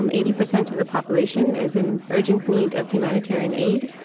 um eighty percent of the population is in urgent need of humanitarian aid.